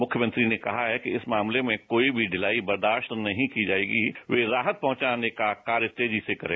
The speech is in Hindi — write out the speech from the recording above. मुख्यमंत्री ने कहा है कि इस मामले में कोई भी ढिलाई बर्दाश्त नहीं की जाएगी और वे राहत पहुंचाने का कार्य तेजी से करें